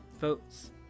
votes